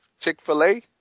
Chick-fil-A